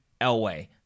Elway